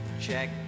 check